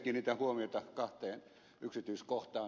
kiinnitän huomiota kahteen yksityiskohtaan